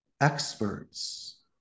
experts